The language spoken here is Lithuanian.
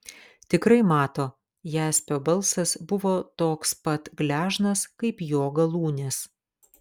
tikrai mato jaspio balsas buvo toks pat gležnas kaip jo galūnės